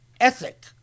ethic